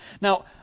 Now